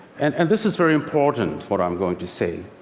and and this is very important, what i'm going to say.